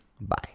Bye